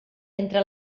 entre